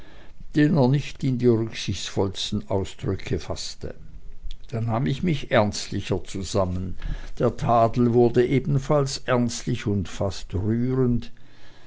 er nicht in die rücksichtsvollsten ausdrücke faßte da nahm ich mich ernstlicher zusammen der tadel wurde ebenfalls ernstlich und fast rührend